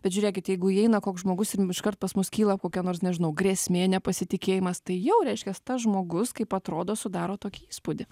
bet žiūrėkit jeigu įeina koks žmogus ir m iškart pas mus kyla kokia nors nežinau grėsmė nepasitikėjimas tai jau reiškias tas žmogus kaip atrodo sudaro tokį įspūdį